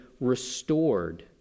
restored